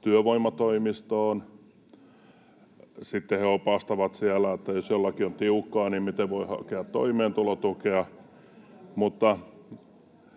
työvoimatoimistoon, ja miten he sitten opastavat siellä, jos jollakin on tiukkaa, miten voi hakea toimeentulotukea.